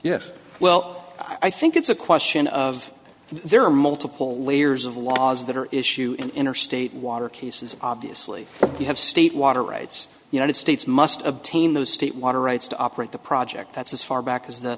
yes well i think it's a question of there are multiple layers of laws that are issue in interstate water cases obviously you have state water rights united states must obtain those state water rights to operate the project that's as far back as the